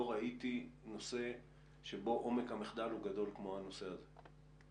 לא ראיתי נושא שבו עומק המחדל גדול כמו הנושא הזה.